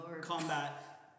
combat